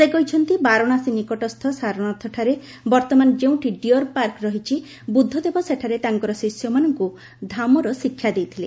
ସେ କହିଛନ୍ତି ବାରାଣାସୀ ନିକଟସ୍ଥ ସାରନାଥଠାରେ ବର୍ତ୍ତମାନ ଯେଉଁଠି ଡିୟର ପାର୍କ ରହିଛି ବୁଦ୍ଧଦେବ ସେଠାରେ ତାଙ୍କର ଶିଷ୍ୟମାନଙ୍କୁ ଧାମର ଶିକ୍ଷା ଦେଇଥିଲେ